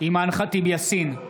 אימאן ח'טיב יאסין,